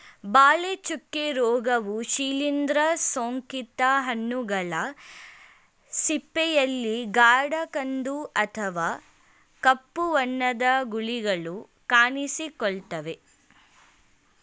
ಬಾಳೆ ಚುಕ್ಕೆ ರೋಗವು ಶಿಲೀಂದ್ರ ಸೋಂಕಿತ ಹಣ್ಣುಗಳ ಸಿಪ್ಪೆಯಲ್ಲಿ ಗಾಢ ಕಂದು ಅಥವಾ ಕಪ್ಪು ಬಣ್ಣದ ಗುಳಿಗಳು ಕಾಣಿಸಿಕೊಳ್ತವೆ